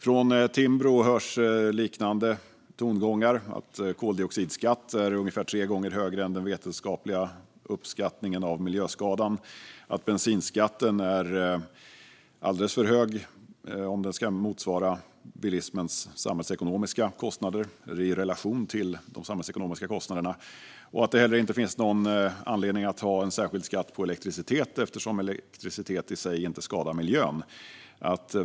Från Timbro hörs liknande tongångar. Koldioxidskatten är ungefär tre gånger högre än den vetenskapliga uppskattningen av miljöskadan. Bensinskatten är alldeles för hög sett i relation till bilismens samhällsekonomiska kostnader. Det finns heller inte någon anledning att ha en särskild skatt på elektricitet eftersom elektricitet i sig inte skadar miljön.